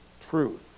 truth